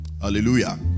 Hallelujah